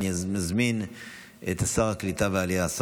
אני מזמין את שר העלייה והקליטה,